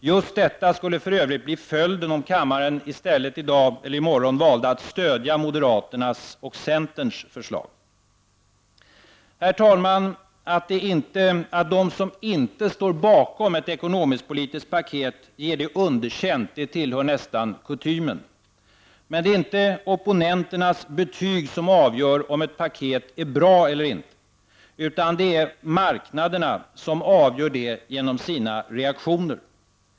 Just detta skulle för övrigt bli följden om kammaren i stället valde att i morgon stödja moderaternas eller centerns förslag. Herr talman! Att de som inte står bakom ett ekonomisk-politiskt paket ger det underkänt hör nästan till kutymen. Men det är inte opponenternas betyg som avgör om ett paket är bra eller inte, utan det är marknaderna som avgör det genom sina reaktioner.